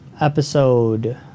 episode